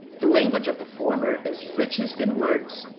the language of the former is richest in words,